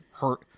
hurt